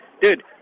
dude